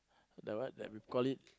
the what that we called it